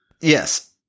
Yes